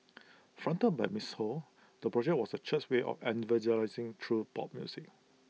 fronted by miss ho the project was the church's way of evangelising through pop music